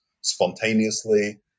spontaneously